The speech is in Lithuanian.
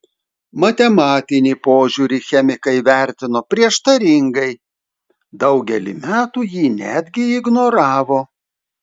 matematinį požiūrį chemikai vertino prieštaringai daugelį metų jį netgi ignoravo